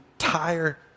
entire